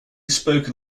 spoken